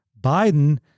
Biden